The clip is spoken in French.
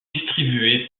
distribué